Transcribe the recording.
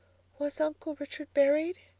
was uncle richard buried?